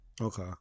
Okay